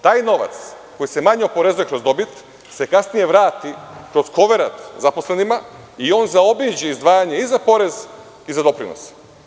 Taj novac koji se manje oporezuje kroz dobit se kasnije vrati kroz koverat zaposlenima i on zaobiđe izdvajanje i za porez i za doprinos.